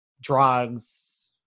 drugs